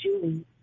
Julie